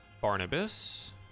Barnabas